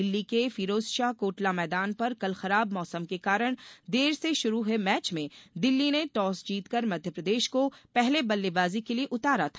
दिल्ली के फिरोजशाह कोटला मैदान पर कल खराब मौसम के कारण देर से शुरू हुए र्मेच में दिल्ली ने टॉस जीतकर मध्यप्रदेश को पहले बल्लेबाजी के लिये उतारा था